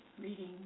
reading